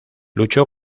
luchó